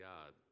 God